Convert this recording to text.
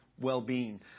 well-being